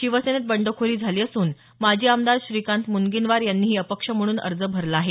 शिवसेनेत बंडखोरी झाली असून माजी आमदार श्रीकांत मुनगीनवार यांनीही अपक्ष म्हणून अर्ज भरला आहे